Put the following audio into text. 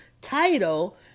title